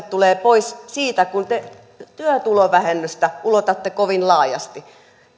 tulee pois siitä kun te työtulovähennystä ulotatte kovin laajasti